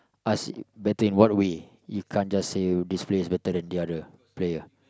ask better in what way you can't just say this plays better than the other